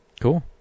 Cool